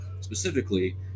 specifically